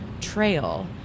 trail